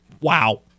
Wow